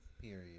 Period